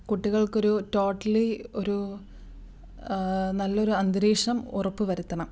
കുട്ടികൾക്ക് ഒരു ടോട്ടലി ഒരു നല്ലൊരു അന്തരീക്ഷം ഉറപ്പ് വരുത്തണം